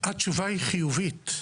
התשובה היא חיובית.